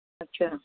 ਅੱਛਾ